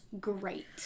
great